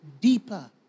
deeper